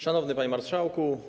Szanowny Panie Marszałku!